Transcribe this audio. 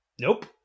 Nope